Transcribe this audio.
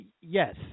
Yes